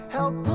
Help